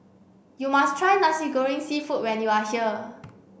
you must try Nasi Goreng Seafood when you are here